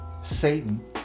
Satan